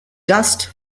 dust